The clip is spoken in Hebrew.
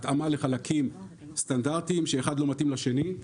התאמה לחלקים סטנדרטיים שאחד לא מתאים לשני.